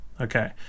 Okay